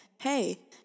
hey